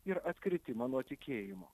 ir atkritimą nuo tikėjimo